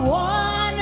one